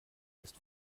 ist